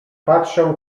patrzę